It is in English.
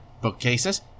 bookcases